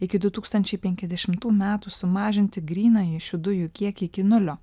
iki du tūkstančiai penkiasdešimtų metų sumažinti grynąjį šių dujų kiekį iki nulio